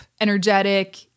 energetic